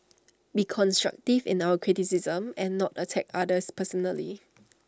be constructive in our criticisms and not attack others personally